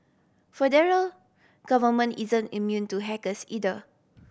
federal government isn't immune to hackers either